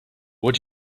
what